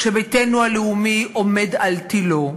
כשביתנו הלאומי עומד על תלו,